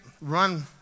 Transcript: run